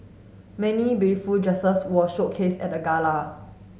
many beautiful dresses were showcased at the gala